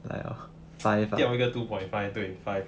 掉一个 two point five 对 five